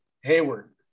Hayward